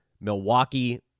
Milwaukee